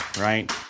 right